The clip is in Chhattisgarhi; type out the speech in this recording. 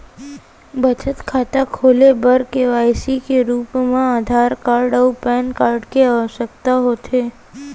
बचत खाता खोले बर के.वाइ.सी के रूप मा आधार कार्ड अऊ पैन कार्ड के आवसकता होथे